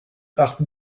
harpe